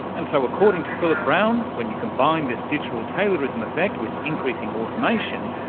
and so, according to phillip brown, when you combine this digital taylorism effect with increasing automation,